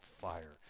fire